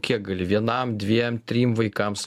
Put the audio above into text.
kiek gali vienam dviem trim vaikams